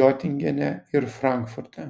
giotingene ir frankfurte